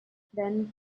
then